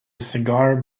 cigar